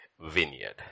vineyard